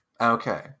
Okay